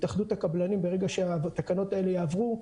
התאחדות הקבלנים ברגע שהתקנות האלה יעברו,